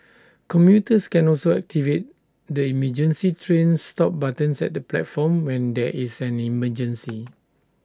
commuters can also activate the emergency train stop buttons at the platforms when there is an emergency